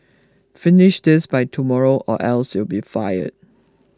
finish this by tomorrow or else you'll be fired